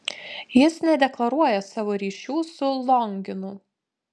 jis nedeklaruoja savo ryšių su longinu